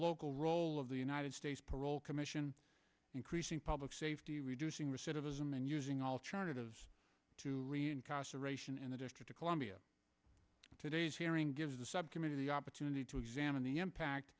local role of the united states parole commission increasing public safety reducing recidivism and using alternative ration in the district of columbia today's hearing gives the subcommittee the opportunity to examine the impact